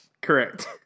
Correct